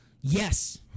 Yes